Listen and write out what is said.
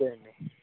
okay అండి